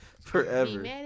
forever